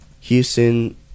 Houston